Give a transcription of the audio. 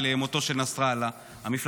הכנסת.